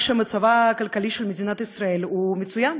שמצבה הכלכלי של מדינת ישראל הוא מצוין.